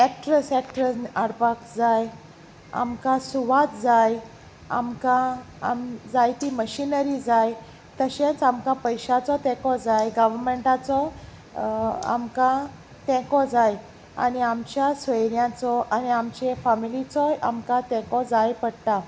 actress एक्ट्रस हाडपाक जाय आमकां सुवात जाय आमकां आम जायती मशिनरी जाय तशेंच आमकां पयशाचो तेको जाय गव्हर्मेंटाचो आमकां तेको जाय आनी आमच्या सोयऱ्यांचो आनी आमचे फामिलीचोय आमकां तेको जाय पडटा